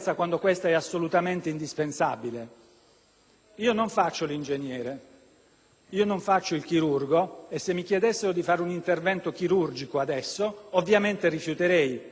né il chirurgo e se mi chiedessero di fare un intervento chirurgico adesso ovviamente rifiuterei, perché potrei causare soltanto danni. Il lavoro del poliziotto o del carabiniere,